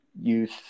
youth